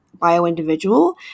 bio-individual